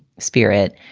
spirit.